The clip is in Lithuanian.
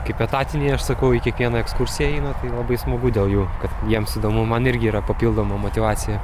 kaip etatiniai aš sakau į kiekvieną ekskursiją eina tai labai smagu dėl jų kad jiems įdomu man irgi yra papildoma motyvacija